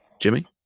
Jimmy